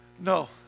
No